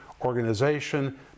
organization